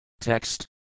Text